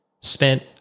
spent